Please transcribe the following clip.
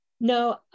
no